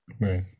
Right